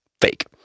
fake